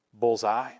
bullseye